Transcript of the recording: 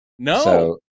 No